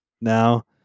now